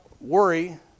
worry